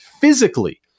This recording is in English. physically